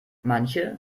manche